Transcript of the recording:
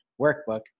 Workbook